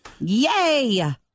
Yay